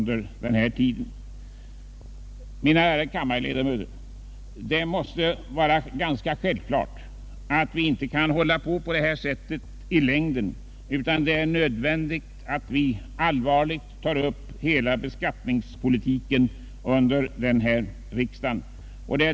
Det är nödvändigt att vi allvarligt tar upp hela frågan om beskattningspolitiken under denna riksdag.